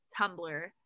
Tumblr